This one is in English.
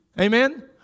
Amen